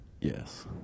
Yes